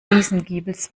friesengiebels